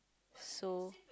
so